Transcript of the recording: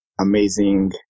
amazing